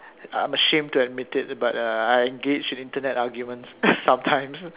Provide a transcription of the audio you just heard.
I'm ashamed to admit it but uh I engage in Internet arguments sometimes